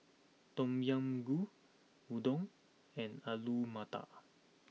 Tom Yam Goong Udon and Alu Matar